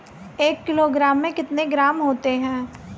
एक किलोग्राम में कितने ग्राम होते हैं?